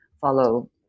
follow